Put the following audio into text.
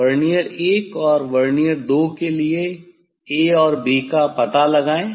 vernier 1 और vernier 2 के लिए 'a' और 'b' का पता लगाएं